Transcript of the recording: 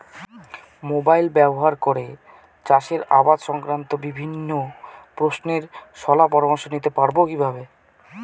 Mobile ব্যাবহার করে চাষের আবাদ সংক্রান্ত বিভিন্ন প্রশ্নের শলা পরামর্শ নিতে পারবো কিভাবে?